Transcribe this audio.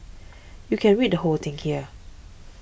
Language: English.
you can read the whole thing here